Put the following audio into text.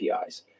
APIs